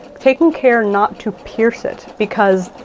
taking care not to pierce it because,